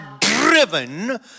driven